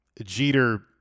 Jeter